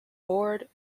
board